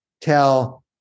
tell